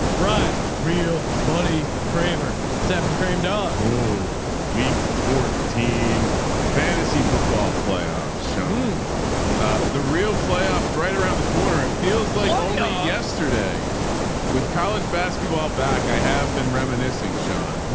ryan, real money kramer tapping and crammed dog week fourteen fantasy football playoffs shown the real playoffs right around the corner. it feels like yesterday with college basketball back, i have been reminiscing, sean,